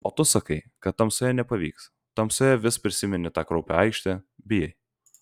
o tu sakai kad tamsoje nepavyks tamsoje vis prisimeni tą kraupią aikštę bijai